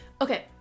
Okay